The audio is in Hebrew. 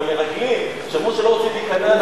עם המרגלים שאמרו שלא רוצים להיכנס לארץ,